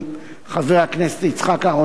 חבר הכנסת יצחק אהרונוביץ,